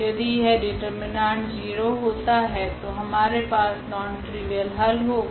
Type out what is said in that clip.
यदि यह डिटर्मिनांट 0 होता है तो हमारे पास नॉन ट्रिवियल हल होगा